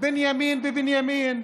בנימין בבנימין.